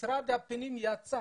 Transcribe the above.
משרד הפנים הוציא